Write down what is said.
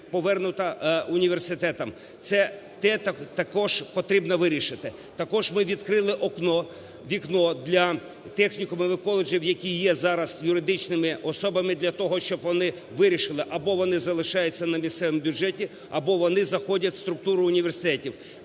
повернута університетам. Це також потрібно вирішити. Також ми відкрили вікно для технікумів і коледжів, які є зараз юридичними особами для того, щоб вони вирішили, або вони залишаються на місцевому бюджеті, або вони заходять в структуру університетів.